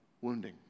wounding